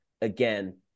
again